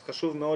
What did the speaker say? אז חשוב מאוד